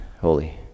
Holy